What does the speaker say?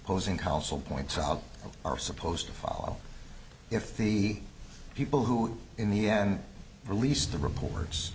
posing counsel points out are supposed to fall if the people who in the end released the reports